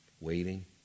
Waiting